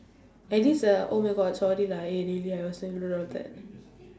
at least ah oh my god sorry lah eh really I was